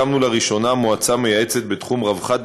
הקמנו לראשונה מועצה מייעצת בתחום רווחת